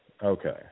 Okay